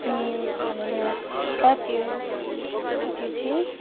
अनि भनिदिनुहोस् ल त्यो त्यो चाहिँ